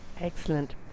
Excellent